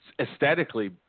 aesthetically